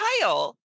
kyle